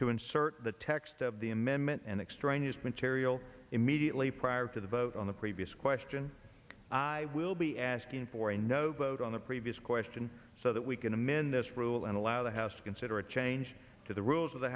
to insert the text of the amendment and extraneous material immediately prior to the vote on the previous question i will be asking for a no vote on the previous question so that we can amend this rule and allow the house to consider a change to the rules of the